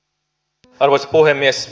arvoisa puhemies